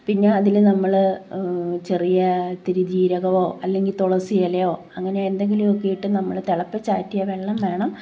പിന്നെ അതിൽ നമ്മൾ ചെറിയ ഇത്തിരി ജീരകമോ അല്ലെങ്കിൽ തുളസി ഇലയോ അങ്ങനെ എന്തെങ്കിലുമൊക്കെ ഇട്ട് നമ്മൾ തിളപ്പിച്ചാറ്റിയ വെള്ളം വേണം